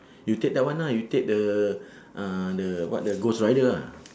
you take that one ah you take the uh the what the ghost rider ah